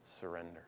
surrender